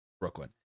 Brooklyn